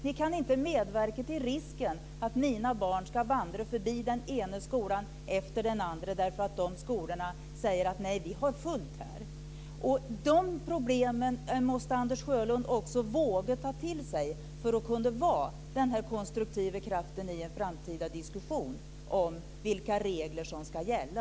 Ni kan inte medverka till risken att mina barn ska få vandra förbi den ena skolan efter den andra som säger: Nej, vi har fullt här. Dessa problem måste Anders Sjölund våga ta till sig om han ska bli en konstruktiv kraft i en framtida diskussion om vilka regler som ska gälla.